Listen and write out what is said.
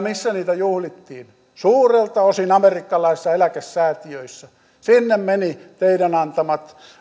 missä niitä juhlittiin suurelta osin amerikkalaisissa eläkesäätiöissä sinne menivät teidän antamanne